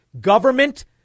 government